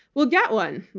will get one.